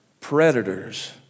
predators